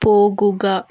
പോകുക